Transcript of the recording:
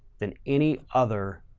than any other.